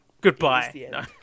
Goodbye